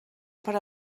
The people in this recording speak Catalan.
per